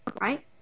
right